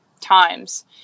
times